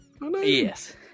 Yes